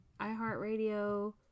iHeartRadio